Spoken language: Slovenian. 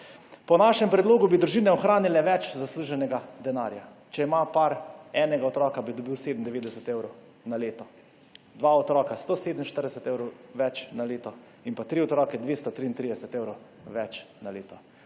Po našem predlogu bi družine ohranile več zasluženega denarja. Če ima par enega otroka, bi dobil 97 evrov na leto, če ima dva otroka 147 evrov več na leto in če ima tri otroke 233 evrov več na leto.